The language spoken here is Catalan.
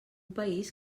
país